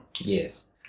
Yes